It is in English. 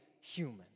human